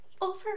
Over